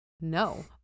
No